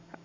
q q